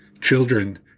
Children